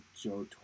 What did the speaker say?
Joe